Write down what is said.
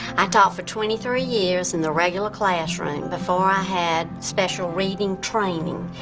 i taught for twenty three years in the regular classroom before i had special reading training.